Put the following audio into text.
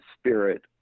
spirit